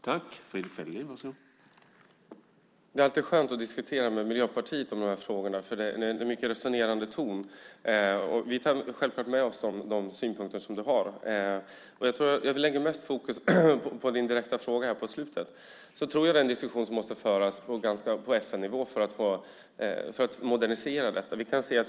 Herr talman! Det är alltid skönt att diskutera med Miljöpartiet om de här frågorna eftersom det är en mycket resonerande ton. Vi tar självklart med oss de synpunkter du har. Jag vill lägga mest fokus på din direkta fråga på slutet. Det måste föras en diskussion på FN-nivå för att modernisera detta.